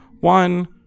one